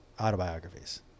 autobiographies